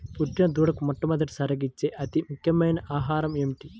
పుట్టిన దూడకు మొట్టమొదటిసారిగా ఇచ్చే అతి ముఖ్యమైన ఆహారము ఏంటి?